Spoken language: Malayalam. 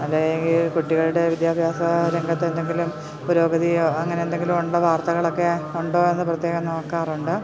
അതു കുട്ടികളുടെ വിദ്യാഭ്യാസ രംഗത്ത് എന്തെങ്കിലും പുരോഗതിയോ അങ്ങനെ എന്തെങ്കിലും ഉള്ള വാർത്തകളൊക്കെ ഉണ്ടോ എന്ന് പ്രത്യേകം നോക്കാറുണ്ട്